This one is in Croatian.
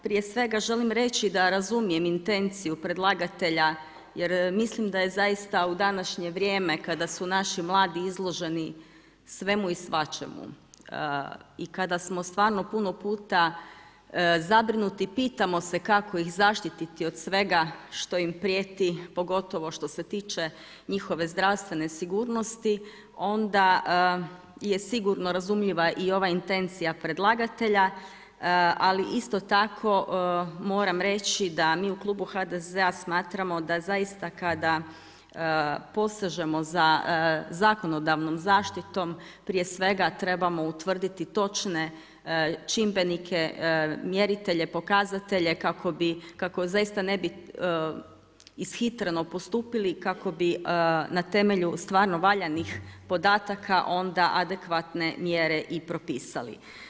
Prije svega želim reći da razumijem intenciju predlagatelja jer mislim da je zaista u današnje vrijeme kada su naši mladi izloženi svemu i svačemu i kada smo stvarno puno puta zabrinuti, pitamo se kako ih zaštititi od svega što im prijeti pogotovo što se tiče njihove zdravstvene sigurnosti, onda je sigurno razumljiva i ova intencija predlagatelja ali isto tako moram reći da mi u klubu HDZ-a smatramo da zaista kada posežemo za zakonodavnom zaštitom, prije svega trebamo utvrditi točne čimbenike, mjeritelje, pokazatelje kako zaista ne bi ishitreno postupili kako bi na temelju stvarno valjanih podataka onda adekvatne mjere i propisali.